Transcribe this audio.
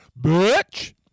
bitch